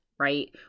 right